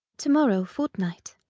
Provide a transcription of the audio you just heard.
to-morrow fortnight.